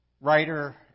writer